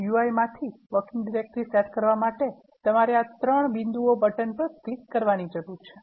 GUI માંથી working directory set કરવા માટે તમારે આ 3 બિંદુઓ બટન પર ક્લિક કરવાની જરૂર છે